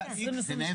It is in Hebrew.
לא,